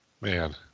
Man